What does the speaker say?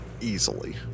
easily